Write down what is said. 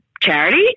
charity